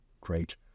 great